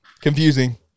confusing